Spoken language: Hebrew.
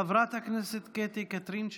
חברת הכנסת קטי קטרין שטרית.